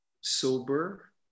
sober